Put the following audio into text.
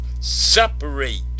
separate